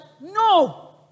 No